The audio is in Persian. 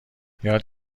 یاد